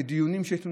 בדיונים שיש לנו.